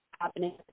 Happening